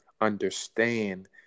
understand